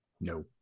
No